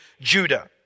Judah